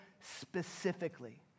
specifically